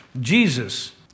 Jesus